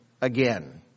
again